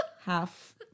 half